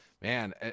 man